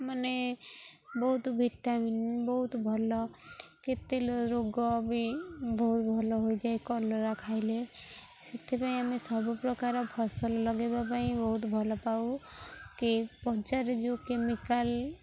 ମାନେ ବହୁତ ଭିଟାମିନ୍ ବହୁତ ଭଲ କେତେ ଲ ରୋଗ ବି ବହୁତ ଭଲ ହୋଇଯାଏ କଲରା ଖାଇଲେ ସେଥିପାଇଁ ଆମେ ସବୁପ୍ରକାର ଫସଲ ଲଗେଇବା ପାଇଁ ବହୁତ ଭଲ ପାଉ କି ବଜାରରେ ଯୋଉ କେମିକାଲ